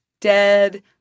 dead